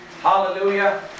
Hallelujah